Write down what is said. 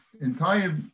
entire